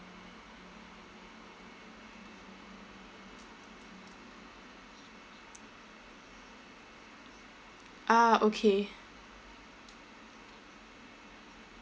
ah okay